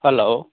hello